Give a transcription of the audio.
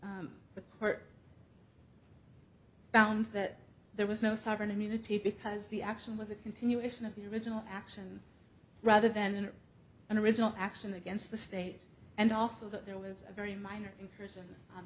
court found that there was no sovereign immunity because the action was a continuation of the original action rather than an original action against the state and also that there was a very minor incursion on